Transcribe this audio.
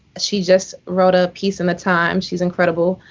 she just wrote a piece in the times. she's incredible.